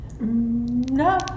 No